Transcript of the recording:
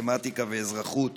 מתמטיקה ואזרחות